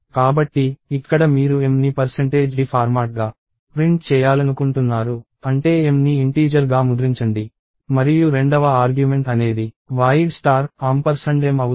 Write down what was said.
కాబట్టి ఇక్కడ మీరు m ని d ఫార్మాట్గా ప్రింట్ చేయాలనుకుంటున్నారు అంటే m ని ఇంటీజర్ గా ముద్రించండి మరియు రెండవ ఆర్గ్యుమెంట్ అనేది void m అవుతుంది